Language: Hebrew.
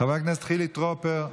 חבר הכנסת חילי טרופר,